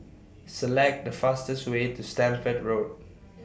Select The fastest Way to Stamford Road